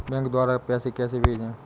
Bank द्वारा पैसे कैसे भेजें?